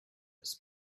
his